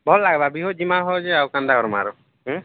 ଭଲ ଲାଗିବ ଯିବା ହେଉ ଯେ ଆଉ କେମିତି କରିବାର ଆ